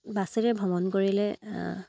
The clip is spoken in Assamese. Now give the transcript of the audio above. বাছেৰে ভ্ৰমণ কৰিলে